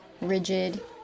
rigid